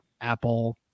Apple